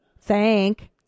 Thank